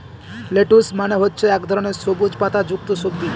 lettuce মানে হচ্ছে এক ধরনের সবুজ পাতা যুক্ত সবজি